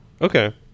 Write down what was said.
Okay